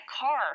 car